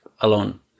alone